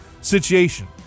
situation